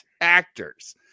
Actors